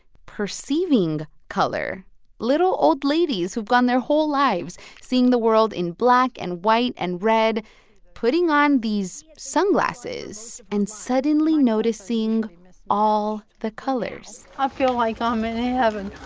perceiving color little old ladies who've gone their whole lives seeing the world in black and white and red putting on these sunglasses and suddenly noticing all the colors i feel like i'm um in heaven.